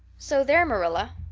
so there, marilla.